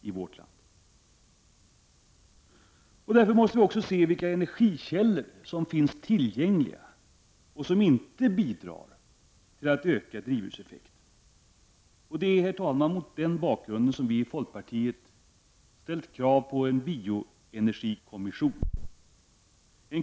Vi måste i detta sammanhang också se vilka energikällor som finns tillgängliga och som inte bidrar till att öka drivhuseffekten. Det är mot denna bakgrund, herr talman, som vi i folkpartiet har ställt krav på en bioenergikommission.